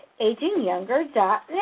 agingyounger.net